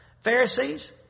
Pharisees